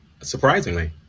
Surprisingly